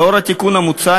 לאור התיקון המוצע,